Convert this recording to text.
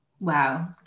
Wow